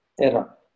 era